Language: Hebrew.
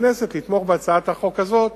מהכנסת לתמוך בהצעת החוק הזאת,